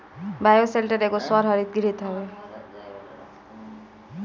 bioshelter एगो सौर हरितगृह हवे